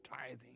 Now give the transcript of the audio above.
tithing